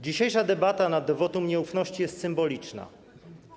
Dzisiejsza debata nad wotum nieufności jest symboliczna.